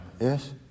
yes